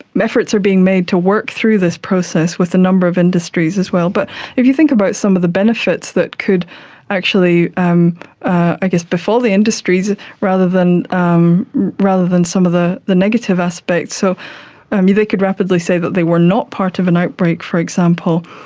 efforts are being made to work through this process with a number of industries as well. but if you think about some of the benefits that could actually um i guess befall the industries rather than um rather than some of the the negative aspects, so um they could rapidly say that they were not part of an outbreak, for example,